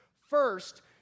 First